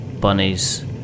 Bunnies